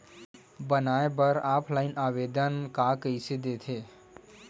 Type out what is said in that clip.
बनाये बर ऑफलाइन आवेदन का कइसे दे थे?